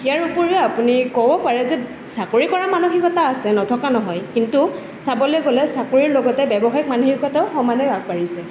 ইয়াৰ ওপৰিও আপুনি ক'ব পাৰে যে চাকৰি কৰা মানসিকতা আছে নথকা নহয় কিন্তু চাবলৈ গ'লে চাকৰিৰ লগতে ব্যৱসায় মানসিকতাও সমানে আগবাঢ়িছে